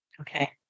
Okay